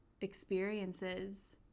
experiences